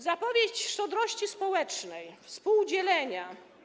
Zapowiedź szczodrości społecznej, współdzielenia.